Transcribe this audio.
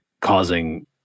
causing